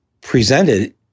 presented